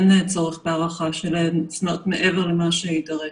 אין צורך בהארכה שלהן מעבר למה שיידרש.